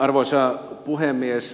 arvoisa puhemies